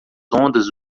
ondas